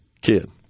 kid